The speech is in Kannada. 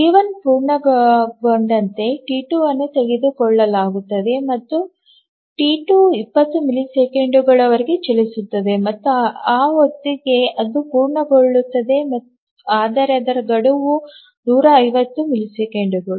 ಟಿ 1 ಪೂರ್ಣಗೊಂಡಂತೆ ಟಿ 2 ಅನ್ನು ತೆಗೆದುಕೊಳ್ಳಲಾಗುತ್ತದೆ ಮತ್ತು ಟಿ 2 50 ಮಿಲಿಸೆಕೆಂಡುಗಳವರೆಗೆ ಚಲಿಸುತ್ತದೆ ಮತ್ತು ಆ ಹೊತ್ತಿಗೆ ಅದು ಪೂರ್ಣಗೊಳ್ಳುತ್ತದೆ ಆದರೆ ಅದರ ಗಡುವು 150 ಮಿಲಿಸೆಕೆಂಡುಗಳು